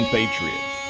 Patriots